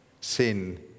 sin